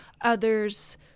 others